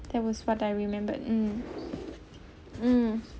that was what I remembered mm mm